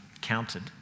counted